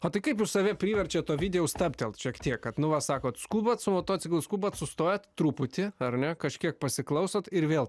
o tai kaip jūs save priverčiat ovidijau stabtelt šiek tiek kad nu va sakot skubat su motociklu skubat sustojat truputį ar ne kažkiek pasiklausot ir vėl